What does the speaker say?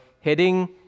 heading